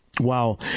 Wow